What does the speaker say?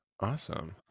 Awesome